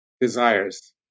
desires